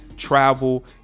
travel